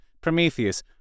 Prometheus